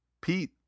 pete